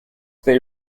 they